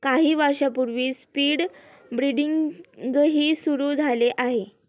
काही वर्षांपूर्वी स्पीड ब्रीडिंगही सुरू झाले आहे